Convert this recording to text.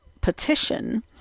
petition